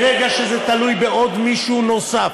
ברגע שזה תלוי במישהו נוסף,